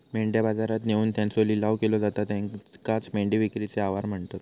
मेंढ्या बाजारात नेऊन त्यांचो लिलाव केलो जाता त्येकाचं मेंढी विक्रीचे आवार म्हणतत